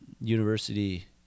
University